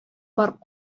барып